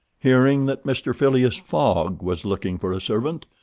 hearing that mr. phileas fogg was looking for a servant,